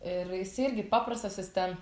ir jisai irgi paprastas jis ten